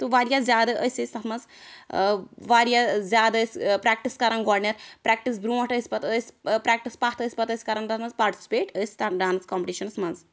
تہٕ واریاہ زیادٕ أسۍ ٲسۍ تتھ مَنٛز واریاہ زیادٕ ٲسۍ پرٛٮ۪کٹِس کران گۄڈٕنٮ۪تھ پرٛٮ۪کٹِس برٛونٛٹھ ٲسۍ پَتہٕ أسۍ پرٛٮ۪کٹس پَتھ ٲسۍ پَتہٕ أسۍ کران تتھ مَنٛز پاٹِسِپیٹ أسۍ تتھ ڈانٕس کوٚمپٹِشَنَس مَنٛز